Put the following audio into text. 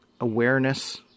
awareness